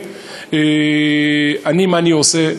אני, מה אני עושה?